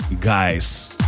guys